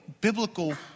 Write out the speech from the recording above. biblical